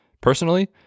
personally